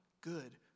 Good